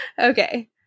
Okay